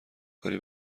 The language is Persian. کاری